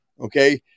Okay